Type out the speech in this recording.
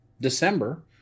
December